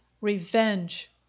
revenge